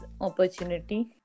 opportunity